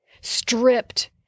stripped